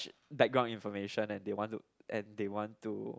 background information and they want to and they want to